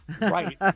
right